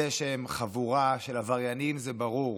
זה שהם חבורה של עבריינים זה ברור,